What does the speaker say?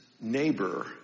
neighbor